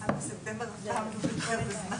עדיין הגזברים מאוד מודאגים,